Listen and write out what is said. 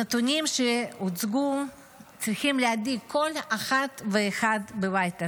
הנתונים שהוצגו צריכים להדאיג כל אחת ואחד בבית הזה.